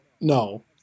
no